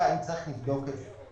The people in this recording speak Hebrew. אם צריך, נבדוק את זה.